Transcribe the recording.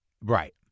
Right